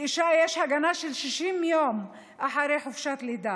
לאישה יש הגנה של 60 יום אחרי חופשת לידה.